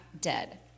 dead